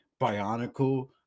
bionicle